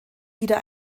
wieder